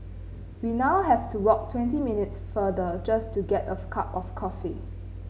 we now have to walk twenty minutes farther just to get of a cup of coffee